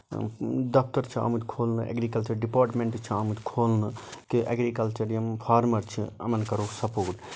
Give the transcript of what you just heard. دفتر چھِ آمٕتۍ کھولنہٕ اٮ۪گرِکَلچر ڈِپاٹمینٹ چھ آمُت کھولنہٕ کہِ اٮ۪گرِکَلچر یِم فارمَر چھُ یِمَن کَرو سَپوٹ